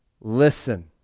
listen